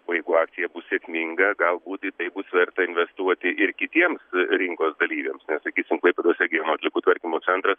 o jeigu akcija bus sėkminga galbūt į tai bus verta investuoti ir kitiems rinkos dalyviams sakysim klaipėdos regiono atliekų tvarkymo centras